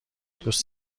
دوست